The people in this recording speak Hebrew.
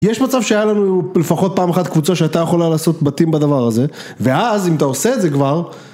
יש מצב שהיה לנו לפחות פעם אחת קבוצה שהייתה יכולה לעשות בתים בדבר הזה, ואז אם אתה עושה את זה כבר